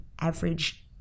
average